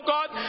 God